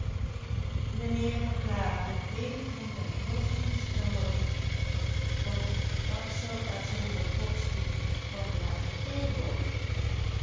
mijnheer verklaarde veel van den godsdienst te houden want wat zou er zonder godsdienst van de maatschappij worden